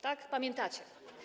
Tak, pamiętacie?